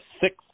six